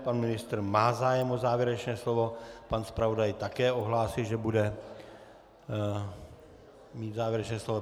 Pan ministr má zájem o závěrečné slovo, pan zpravodaj také ohlásil, že bude mít závěrečné slovo.